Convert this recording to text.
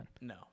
No